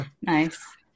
nice